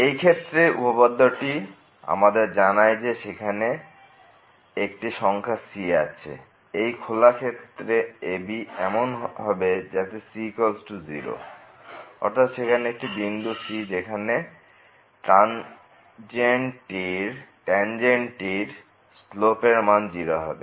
এই ক্ষেত্রে উপপাদ্য টি আমাদের জানায় যে সেখানে একটি সংখ্যা c আছে এই খোলা ক্ষেত্রে ab এমন ভাবে যাতে 0 অর্থাৎ সেখানে একটি বিন্দু c যেখানে ট্যানজেন্টটির শ্লোপ এর মান 0 হবে